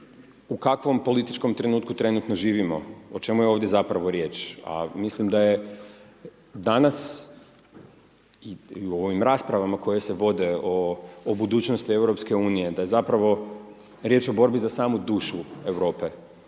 u kakvom političkom trenutku trenutno živimo, o čemu je ovdje zapravo riječ. A mislim da je danas i u ovim raspravama koje se vode o budućnosti EU, da je zapravo riječ o borbi za samu dušu Europe.